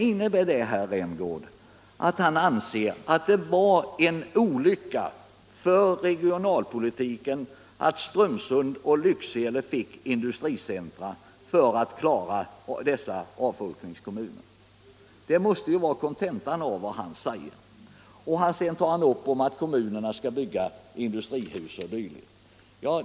Anser herr Rämgård att det var en olycka för regionalpolitiken att Strömsund och Lycksele fick industricentra för att dessa avfolkningskommuner skulle klaras? Det måste vara kontentan av vad herr Rämgård säger. Herr Rämgård talar också om att kommunerna skall bygga industrihus.